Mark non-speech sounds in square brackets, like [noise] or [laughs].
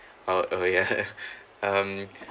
uh oh ya [laughs] um